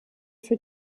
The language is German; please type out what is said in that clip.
für